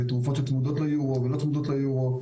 ותרופות שצמודות ליורו ולא צמודות ליורו,